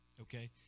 okay